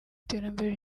iterambere